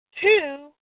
Two